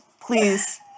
please